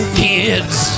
kids